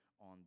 on